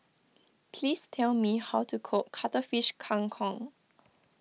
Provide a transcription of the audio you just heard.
please tell me how to cook Cuttlefish Kang Kong